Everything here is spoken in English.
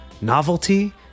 novelty